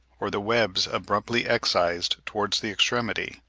or the webs abruptly excised towards the extremity.